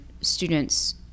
students